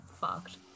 fucked